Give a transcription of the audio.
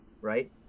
right